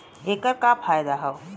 ऐकर का फायदा हव?